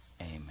Amen